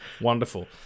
Wonderful